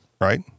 right